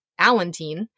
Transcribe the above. Allentine